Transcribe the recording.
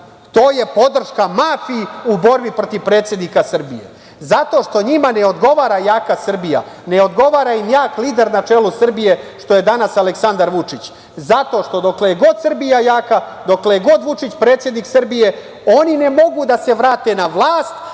je podrška mafiji u borbi protiv predsednika Srbije. Njima ne odgovara jaka Srbija, ne odgovara im jak lider na čelu Srbije, što je danas Aleksandar Vučić. Dokle god je Srbija jaka, dokle god je Vučić predsednik Srbije, oni ne mogu da se vrate na vlast,